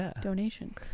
donation